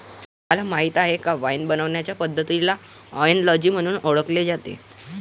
तुम्हाला माहीत आहे का वाइन बनवण्याचे पद्धतीला ओएनोलॉजी म्हणून ओळखले जाते